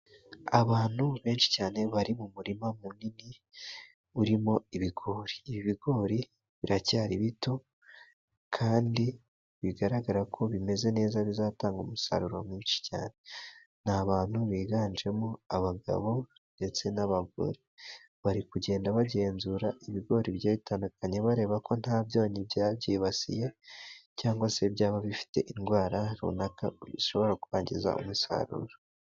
Abantu benshi cyane, bari mu murima munini urimo ibigori, ibigori biracyari bito kandi bigaragara ko bimeze neza, bizatanga umusaruro mwinshi cyane, ni abantu biganjemo abagabo ndetse n'abagore bari kugenda, bagenzura ibigori bigiye bitandukanye, bareba ko nta byonyi byabyibasiye cyangwa se byaba bifite indwara runaka bishobora kwangiza umusaruro.